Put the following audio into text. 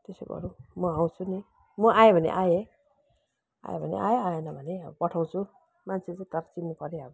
त्यसै गरौँ म आउँछु नि म आएँ भने आएँ आएँ भने आएँ आइन भने अब पठाउँछु मान्छे चाहिँ तात्तिनुपर्यो अब